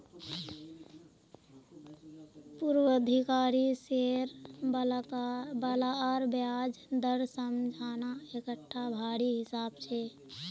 पूर्वाधिकारी शेयर बालार ब्याज दर समझना एकटा भारी हिसाब छै